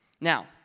Now